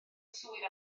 swydd